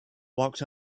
walks